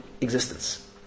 existence